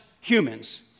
humans